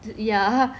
ya